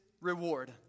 reward